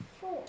four